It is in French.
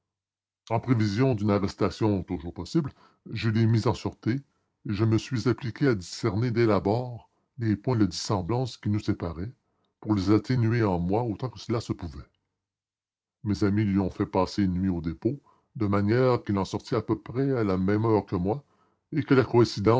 en prévision d'une arrestation toujours possible je l'ai mis en sûreté et je me suis appliqué à discerner dès l'abord les points de dissemblance qui nous séparaient pour les atténuer en moi autant que cela se pouvait mes amis lui ont fait passer une nuit au dépôt de manière qu'il en sortît à peu près à la même heure que moi et que la